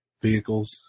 vehicles